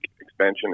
expansion